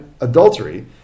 adultery